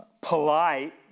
polite